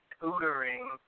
tutoring